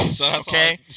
Okay